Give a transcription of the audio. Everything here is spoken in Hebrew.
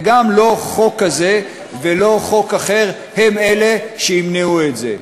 וגם לא חוק כזה ולא חוק אחר הם אלה שימנעו את זה.